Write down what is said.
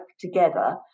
together